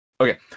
Okay